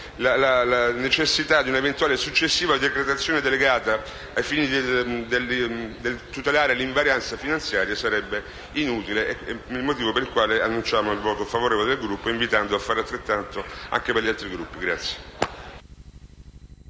la necessità di un'eventuale e successiva decretazione delegata ai fini di tutelare l'invarianza finanziaria sarebbe inutile, motivo per il quale annunciamo il voto favorevole del Gruppo, invitando gli altri Gruppi a